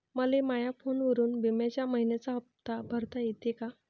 मले माया फोनवरून बिम्याचा मइन्याचा हप्ता भरता येते का?